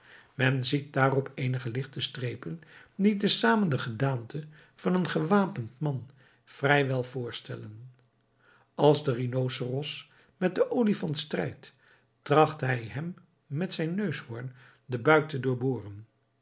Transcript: men ziet daarop eenige lichte strepen die te zamen de gedaante van een gewapend man vrij wel voorstellen als de rhinoceros met den olifant strijdt tracht hij hem met zijn neushoorn den